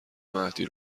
مهدی